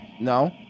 no